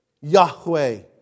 Yahweh